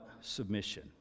submission